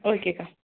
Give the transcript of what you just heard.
ஓகேக்கா